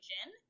Jin